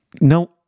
No